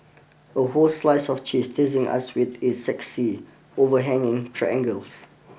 a whole slice of cheese teasing us with its sexy overhanging triangles